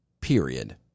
Period